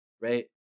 right